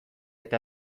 eta